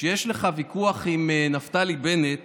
שיש לך ויכוח עם נפתלי בנט